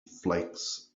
flakes